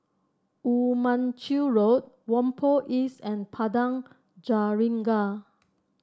Woo Mon Chew Road Whampoa East and Padang Jeringau